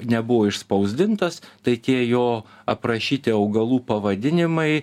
nebuvo išspausdintas tai tie jo aprašyti augalų pavadinimai